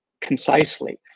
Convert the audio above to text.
concisely